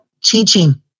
teaching